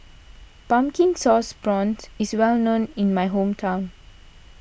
Pumpkin Sauce Prawns is well known in my hometown